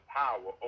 power